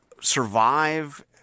survive –